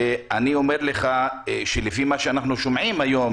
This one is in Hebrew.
אני אומר לך שלפי מה שאנחנו שומעים היום,